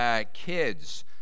kids